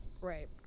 right